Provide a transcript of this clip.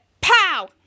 Pow